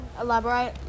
elaborate